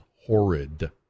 horrid